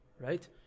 right